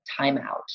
timeout